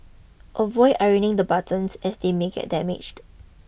avoid ironing the buttons as they may get damaged